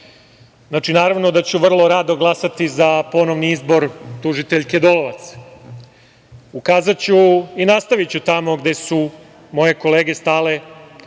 naravno da ću vrlo rado glasati za ponovni izbor tužiteljke Dolovac. Ukazaću i nastaviću tamo gde su moje kolege stale.